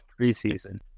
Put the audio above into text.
preseason